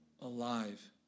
alive